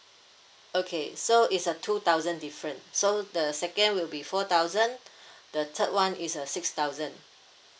okay so it's a two thousand different so the second will be four thousand the third one is uh six thousand